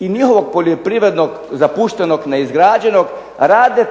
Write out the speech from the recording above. i njihovog poljoprivrednog zapuštenog, neizgrađenog rade